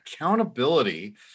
accountability